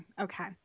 okay